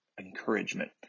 encouragement